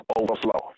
overflow